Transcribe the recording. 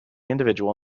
individual